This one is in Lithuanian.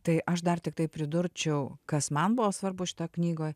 tai aš dar tiktai pridurčiau kas man buvo svarbu šitoj knygoj